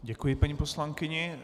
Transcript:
Děkuji paní poslankyni.